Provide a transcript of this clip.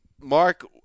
Mark